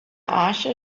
arche